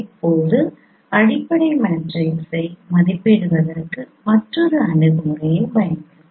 இப்போது அடிப்படை மேட்ரிக்ஸை மதிப்பிடுவதற்கு மற்றொரு அணுகுமுறையைப் பயன்படுத்தலாம்